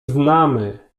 znamy